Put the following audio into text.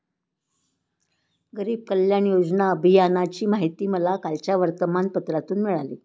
गरीब कल्याण योजना अभियानाची माहिती मला कालच्या वर्तमानपत्रातून मिळाली